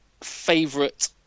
favorite